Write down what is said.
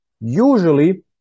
usually